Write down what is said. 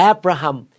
Abraham